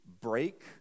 break